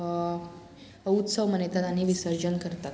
हो उत्सव मनयतात आनी विसर्जन करतात